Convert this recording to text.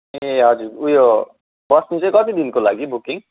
ए हजुर उयो बस्नु चाहिँ कति दिनको लागि बुकिङ